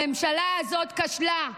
הממשלה הזאת כשלה.